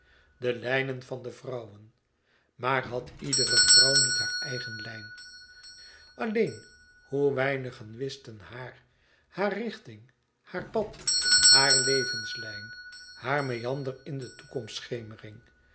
de lijnen van de vrouwen maar had iedere vrouw niet haar eigen lijn alleen hoe weinigen wisten haar haar richting haar pad haar levenslijn haar meander in de